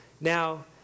Now